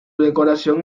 decoración